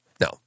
No